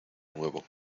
nuevo